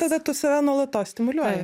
tada tu save nuolatos stimuliuoji